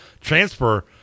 transfer